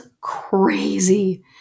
crazy